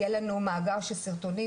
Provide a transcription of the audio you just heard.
יהיה לנו מאגר של סרטונים,